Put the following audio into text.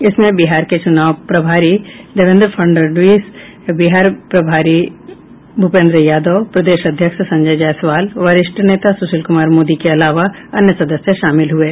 इसमें बिहार के चुनाव प्रभारी देवेन्द्र फड़णवीस बिहार प्रभारी भूपेंद्र यादव प्रदेश अध्यक्ष संजय जायसवाल वरिष्ठ नेता सुशील कुमार मोदी के अलावा अन्य सदस्य शामिल हुये